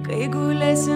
kai gulėsi